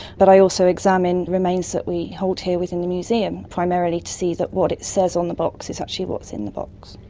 but i also examine remains that we hold here within the museum, primarily to see that what it says on the box is actually what's in the box.